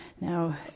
now